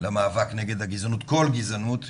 למאבק נגד הגזענות, כל גזענות.